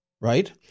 right